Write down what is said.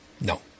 No